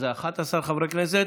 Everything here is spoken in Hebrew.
אז 11 חברי כנסת